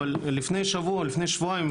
אבל לפני שבוע או לפני שבועיים,